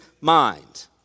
mind